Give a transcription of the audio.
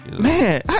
Man